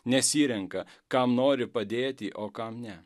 nesirenka kam nori padėti o kam ne